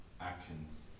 Actions